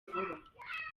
vuba